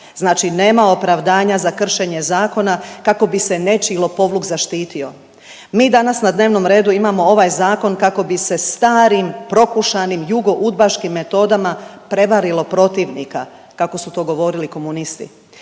Znači nema opravdanja za kršenje zakona kako bi se nečiji lopovluk zaštitio. Mi danas na dnevnom redu imamo ovaj zakon kako bi se starim prokušanim jugo udbaškim metodama prevarilo protivnika kako su to govorili komunisti.